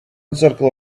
circle